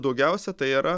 daugiausia tai yra